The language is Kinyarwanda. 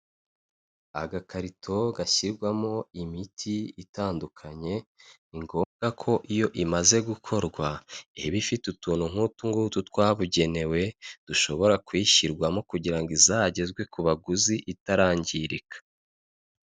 Agakarito gashyirwamo imiti itandukanye ni ngombwa ko iyo imaze gukorwa iba ifite utuntu nk'utu ngutu twabugenewe dushobora kuyishyirwamo kugira ngo izagezwe ku baguzi itarangirika.